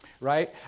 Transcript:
right